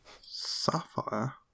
sapphire